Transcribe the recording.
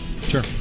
Sure